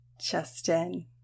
Justin